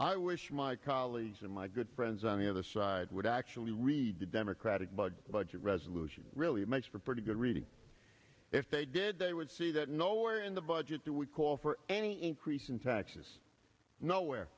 i wish my colleagues and my good friends on the other side would actually read the democratic budget budget resolution really makes for pretty good reading if they did they would see that nowhere in the budget do we call for any increase in taxes nowhere